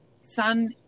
sun